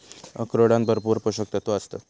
अक्रोडांत भरपूर पोशक तत्वा आसतत